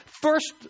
First